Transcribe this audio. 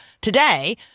today